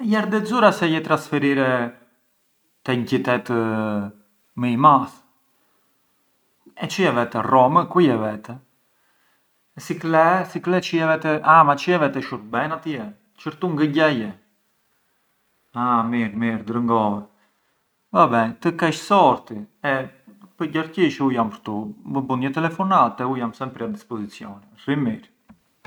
Jerdha e xura se je trasferire te një qytet më i madh? E çë je vete Rom, ku je vete? E si kle, si kle çë… ah ma çë je vete shurben atje, çë këtu ngë gjeje? Ah mirë mirë drëngova, mirë mirë të kesh sorti e pë‘ gjërgjish u jam këtu, më bun një telefonat e u jam sempri a disposizioni, rri mirë.